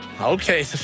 Okay